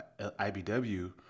IBW